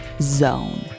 zone